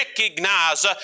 recognize